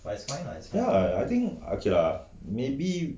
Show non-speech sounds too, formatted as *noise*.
*noise* ya I think ok lah maybe